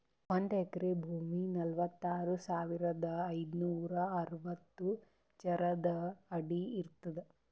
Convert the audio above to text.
ಒಂದ್ ಎಕರಿ ಭೂಮಿ ನಲವತ್ಮೂರು ಸಾವಿರದ ಐನೂರ ಅರವತ್ತು ಚದರ ಅಡಿ ಇರ್ತದ